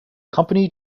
company